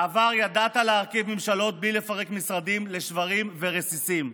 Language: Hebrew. בעבר ידעת להרכיב ממשלות בלי לפרק משרדים לשברים ולרסיסים.